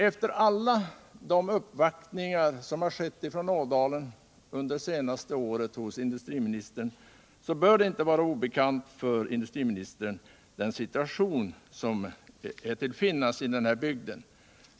Efter alla de uppvaktningar som företrädare för Ådalen under det senaste året har gjort hos industriministern bör den rådande situationen i denna bygd inte vara obekant för industriministern.